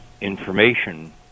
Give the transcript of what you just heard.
information